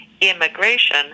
immigration